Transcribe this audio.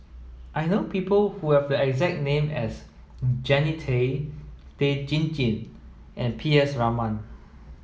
I know people who have a exact name as Jannie Tay Tan Chin Chin and P S Raman